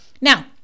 Now